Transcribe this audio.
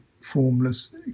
formless